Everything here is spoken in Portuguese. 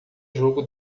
jogo